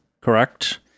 correct